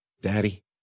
Daddy